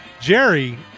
Jerry